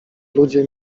ludzie